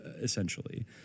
essentially